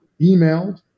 emailed